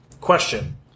Question